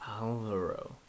Alvaro